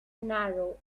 narrow